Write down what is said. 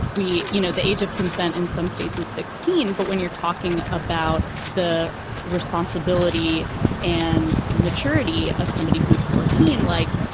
we, you know, the age of consent in some states is sixteen. but when you're talking about the responsibility and maturity of somebody who's fourteen, like,